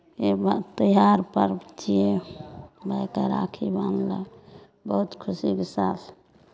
त्यौहार पर्व छियै भायके राखी बान्हलक बहुत खुशीके साथ